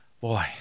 Boy